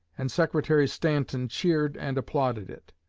and secretary stanton cheered and applauded it.